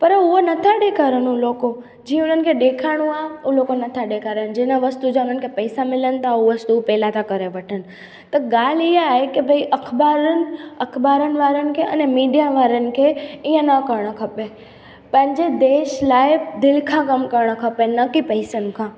पर उहो न था ॾेखारिनि उहा लोको जीअं उन्हनि खे ॾेखारिणो आहे उहा लोको न था ॾेखारिनि जिनि वस्तु जा उन्हनि खे पैसा मिलनि था उहा वस्तु पहेला था करे वठनि त ॻाल्हि इहा आहे कि भाई अखबारनि अखबारनि वारनि खे अने मीडिया वारनि खे इअं न करणु खपे पंहिंजे देश लाइ दिलि खां कमु करणु खपे न की पैसनि खां